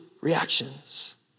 reactions